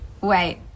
Wait